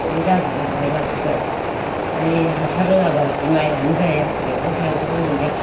बेदिनो जाजोब लांबाय मानसिफोरा औ हासार होयाबादि माइयानो जाया मैगं थाइगंबो मोनजाया